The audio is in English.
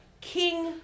King